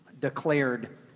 declared